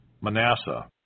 Manasseh